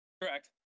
Correct